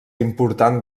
important